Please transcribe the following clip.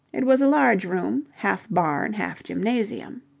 it was a large room, half barn, half gymnasium.